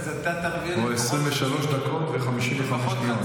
או 23 דקות ו-55 שניות.